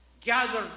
gather